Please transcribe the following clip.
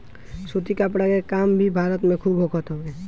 सूती कपड़ा के काम भी भारत में खूब होखत हवे